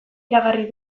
iragarri